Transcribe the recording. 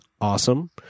awesome